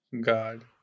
God